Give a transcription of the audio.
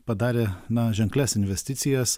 padarė na ženklias investicijas